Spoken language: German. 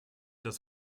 das